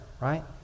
right